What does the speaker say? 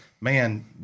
man